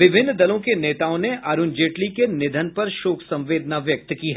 विभिन्न दलों के नेताओं ने अरूण जेटली के निधन पर शोक संवेदना व्यक्त की है